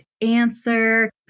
answer